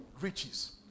riches